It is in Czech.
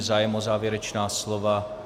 Zájem o závěrečná slova?